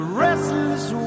restless